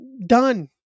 done